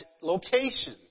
location